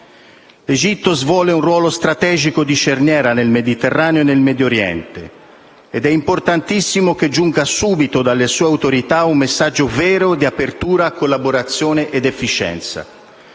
L'Egitto svolge un ruolo strategico di cerniera nel Mediterraneo e nel Medioriente ed è importantissimo che giunga subito dalle sue autorità un messaggio vero di apertura, di collaborazione, di efficienza.